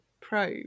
probe